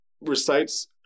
recites